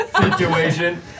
situation